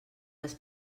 les